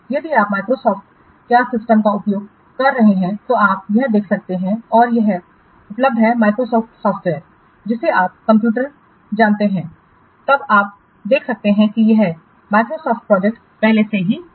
यदि आप Microsoft क्या सिस्टम का उपयोग कर रहे हैं तो आप यह देख सकते हैं और यह उपलब्ध है Microsoft सॉफ़्टवेयर जिसे आप कंप्यूटर जानते हैं तब आप देख सकते हैं कि यह Microsoft प्रोजेक्ट पहले से ही है